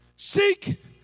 Seek